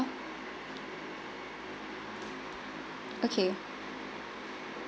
okay